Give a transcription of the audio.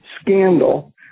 scandal